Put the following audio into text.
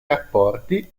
rapporti